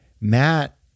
Matt